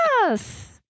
Yes